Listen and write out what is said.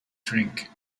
drink